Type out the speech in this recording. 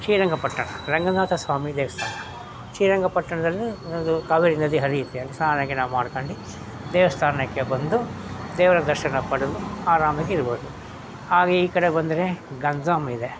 ಶ್ರೀರಂಗಪಟ್ಟಣ ರಂಗನಾಥ ಸ್ವಾಮಿ ದೇವಸ್ಥಾನ ಶ್ರೀರಂಗಪಟ್ಟಣದಲ್ಲಿ ಒಂದು ಕಾವೇರಿ ನದಿ ಹರಿಯುತ್ತೆ ಅಲ್ಲಿ ಸ್ನಾನ ಗೀನ ಮಾಡ್ಕೊಂಡು ದೇವಸ್ಥಾನಕ್ಕೆ ಬಂದು ದೇವರ ದರ್ಶನ ಪಡೆದು ಆರಾಮಾಗಿರ್ಬೋದು ಹಾಗೆ ಈ ಕಡೆ ಬಂದರೆ ಗಂಜಾಮ್ ಇದೆ